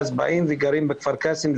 במרכז, באים לגור בכפר קאסם.